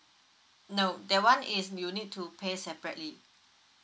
no that one is you need to pay separately